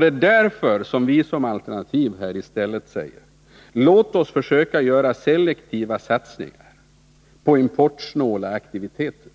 Det är därför som vi som alternativ i stället säger: Låt oss försöka göra selektiva satsningar på importsnåla aktiviteter.